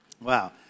Wow